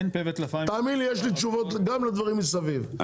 תאמין לי יש לי תשובות גם לדברים מסביב,